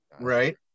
right